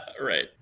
Right